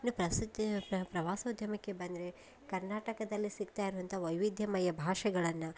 ಇನ್ನು ಪ್ರಸಿದ್ಧಿಯ ಪ್ರವಾಸೋದ್ಯಮಕ್ಕೆ ಬಂದರೆ ಕರ್ನಾಟಕದಲ್ಲೇ ಸಿಗ್ತಾ ಇರುವಂಥ ವೈವಿಧ್ಯಮಯ ಭಾಷೆಗಳನ್ನು